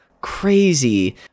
crazy